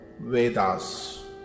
Vedas